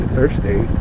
Thursday